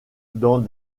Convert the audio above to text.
dans